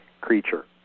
creature